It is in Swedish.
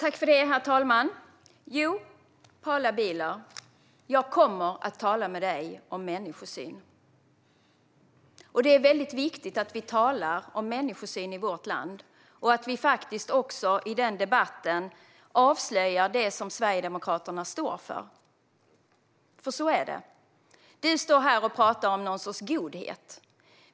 Herr talman! Jo, Paula Bieler, jag kommer att tala med dig om människosyn. Det är väldigt viktigt att vi gör det i vårt land och att vi faktiskt också i den debatten avslöjar det som Sverigedemokraterna står för. Du står här och talar om någon sorts godhet.